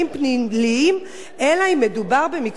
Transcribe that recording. אלא אם מדובר במקרים חמורים במיוחד,